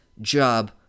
job